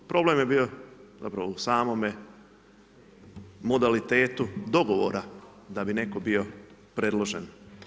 Problem je bio zapravo u samome modalitetu dogovora da bi netko bio predložen.